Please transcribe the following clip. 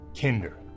Kinder